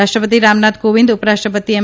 રાષ્ટ્ર તિ રામનાથ કોવિંદ ઉ રાષ્ટ્ર તિ એમ